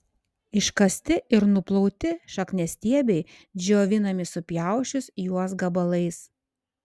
iškasti ir nuplauti šakniastiebiai džiovinami supjausčius juos gabalais